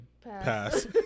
Pass